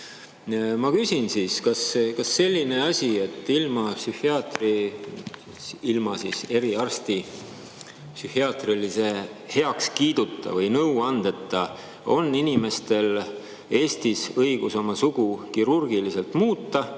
Ma küsin siis, kas on selline asi, et ilma psühhiaatri, ilma eriarsti psühhiaatrilise heakskiiduta või nõuandeta on inimestel Eestis õigus oma sugu kirurgiliselt muuta,